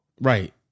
Right